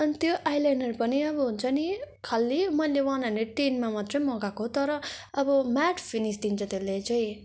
अनि त्यो eyeliner पनि अब हुन्छ नि खालि मैले वान हन्ड्रेड टेनमा मात्र मगाएको हो तर अब म्याट फिनिस दिन्छ त्यसले चाहिँ